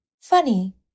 Funny